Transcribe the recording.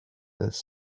this